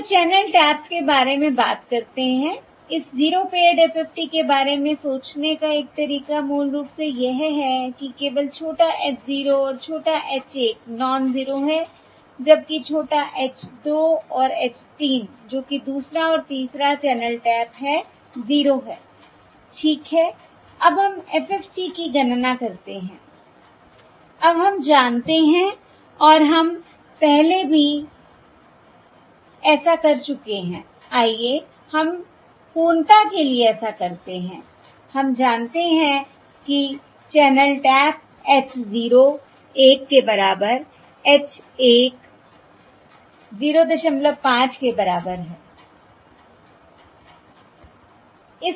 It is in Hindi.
तो चैनल टैप्स के बारे में बात करते हैं इस 0 पेअर्ड FFT के बारे में सोचने का एक तरीका मूल रूप से यह है कि केवल छोटा h 0 और छोटा h 1 नॉनज़ेरो है जबकि छोटा h 2 और h 3 जो कि दूसरा और तीसरा चैनल टैप है 0 है ठीक हैI अब हम FFT की गणना करते हैं अब हम जानते हैं और हम पहले भी ऐसा कर चुके हैं आइए हम पूर्णता के लिए ऐसा करते हैं हम जानते हैं कि चैनल टैप h 0 1 के बराबर h 1 05 के बराबर है